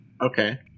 Okay